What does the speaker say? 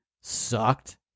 sucked